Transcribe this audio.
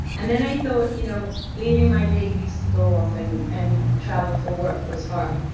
and then i thought you know leaving my babies to go off and and travel for work was hard.